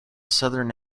southern